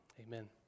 Amen